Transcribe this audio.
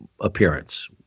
appearance